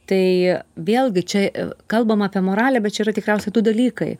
tai vėlgi čia kalbam apie moralę bet čia yra tikriausiai du dalykai